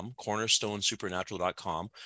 cornerstonesupernatural.com